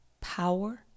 power